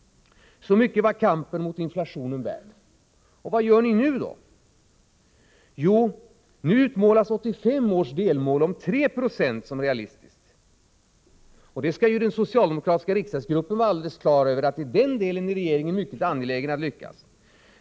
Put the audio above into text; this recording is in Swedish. Så mycket var kampen mot inflationen värd. Vad gör regeringen då? Jo, nu utmålas 1985 års delmål om 3 26 som realistiskt. Den socialdemokratiska riksdagsgruppen skall vara helt på det klara med att regeringen i den delen är mycket angelägen att lyckas.